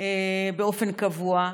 באופן קבוע,